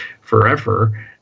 forever